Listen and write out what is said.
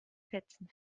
fetzen